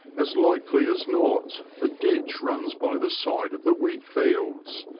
as likely as not a ditch runs by the side of the wheat fields,